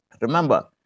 Remember